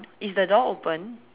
is the door open